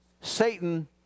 Satan